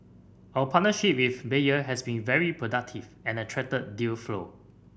our partnership with Bayer has been very productive and attracted deal flow